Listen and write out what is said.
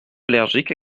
allergique